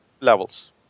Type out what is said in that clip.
levels